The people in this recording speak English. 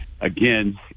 again